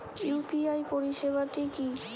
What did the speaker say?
UPI পরিসেবাটা কি?